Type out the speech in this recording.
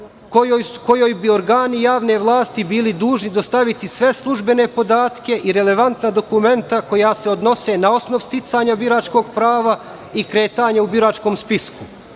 kojoj bi organi javne vlasti bili dužni dostaviti sve službene podatke i relevantna dokumenta koja se odnose na osnov sticanja biračkog prava i kretanje u biračkom spisku.